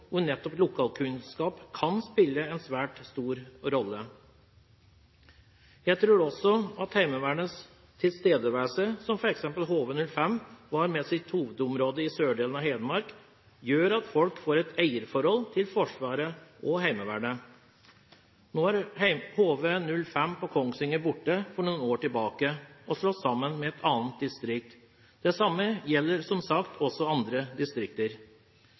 nettopp lokalkunnskap kan spille en svært stor rolle. Jeg tror også at Heimevernets tilstedeværelse – som f.eks. HV-05 med sitt hovedområde sør i Hedmark – gjør at folk får et eierforhold til Forsvaret og Heimevernet. Nå er HV-05 på Kongsvinger borte – den ble for noen år tilbake slått sammen med et annet distrikt. Det samme gjelder, som sagt, også andre distrikter.